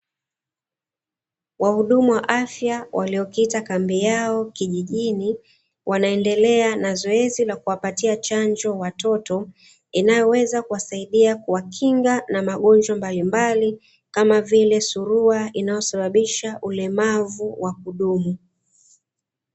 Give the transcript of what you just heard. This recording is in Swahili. Wahudumu wa afya waliokita kambi yao kijijini wanaendelea na zoezi la kuwapatia chanjo watoto, inayoweza kiwasaidia kuwakinga na magonjwa mbalimbali kama vile surua inayosababisha ulemavu wa kudumu.